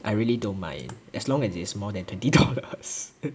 I really don't mind as long as it is more than twenty dollars